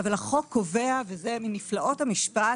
אבל החוק קובע וזה מנפלאות המשפט,